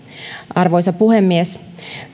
arvoisa puhemies